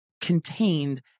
contained